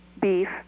beef